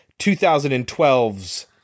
2012's